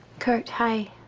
kurt, hi.